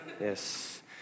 Yes